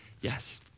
yes